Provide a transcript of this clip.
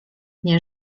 nie